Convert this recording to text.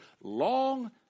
long